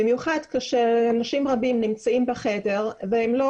במיוחד שאנשים רבים נמצאים בחדר והם לא